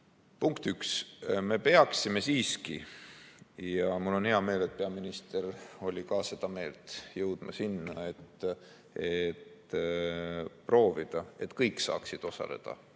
Punkt üks, me peaksime siiski – ja mul on hea meel, et ka peaminister oli seda meelt – jõudma sinna, et proovida, et kõik saaksid osaleda